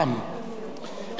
אין לנו דרך אחרת